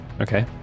okay